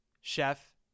chef